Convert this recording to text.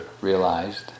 realized